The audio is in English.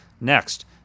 Next